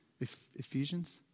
Ephesians